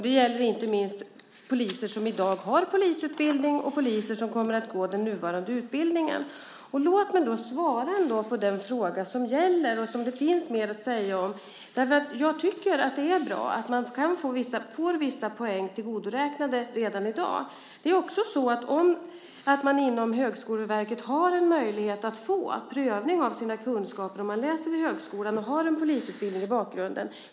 Det gäller inte minst poliser som i dag har polisutbildning och poliser som kommer att gå den nuvarande utbildningen. Låt mig svara på den fråga som gäller och som det finns mer att säga om. Jag tycker att det är bra att man får vissa poäng tillgodoräknade redan i dag. Man har också vid Högskoleverket möjlighet att få prövning av sina kunskaper om man läser vid högskolan och har genomgått en polisutbildning.